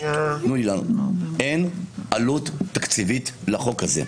אין עלות תקציבית לחוק הזה.